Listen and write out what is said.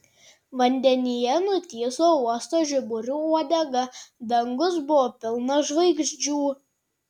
vandenyje nutįso uosto žiburių uodega dangus buvo pilnas žvaigždžių